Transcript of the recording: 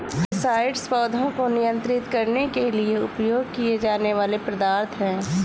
herbicides पौधों को नियंत्रित करने के लिए उपयोग किए जाने वाले पदार्थ हैं